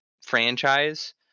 franchise